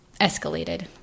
escalated